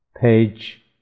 Page